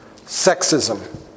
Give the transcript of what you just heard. sexism